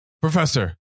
Professor